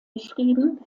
geschrieben